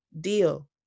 deal